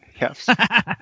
Yes